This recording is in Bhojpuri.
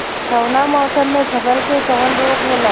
कवना मौसम मे फसल के कवन रोग होला?